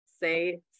say